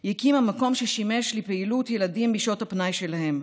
היא הקימה מקום ששימש לפעילות ילדים בשעות הפנאי שלהם,